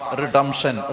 redemption